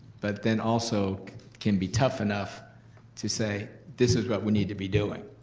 but then also can be tough enough to say, this is what we need to be doing,